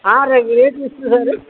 ಹಾರಕ್ಕೆ rate ಎಷ್ಟು sir